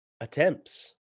attempts